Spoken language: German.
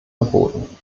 verboten